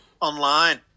online